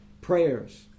prayers